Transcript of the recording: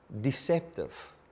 deceptive